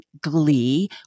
Glee